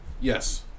Yes